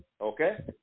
Okay